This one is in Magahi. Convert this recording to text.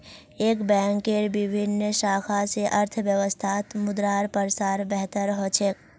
एक बैंकेर विभिन्न शाखा स अर्थव्यवस्थात मुद्रार प्रसार बेहतर ह छेक